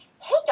Hey